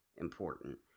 important